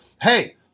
Hey